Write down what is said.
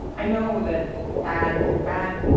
i know that bad, bad,